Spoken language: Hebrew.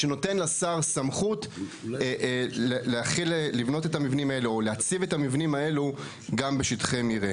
שנותן לשר סמכות לבנות או להציב את המבנים האלו גם בשטחי מרעה.